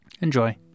enjoy